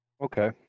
Okay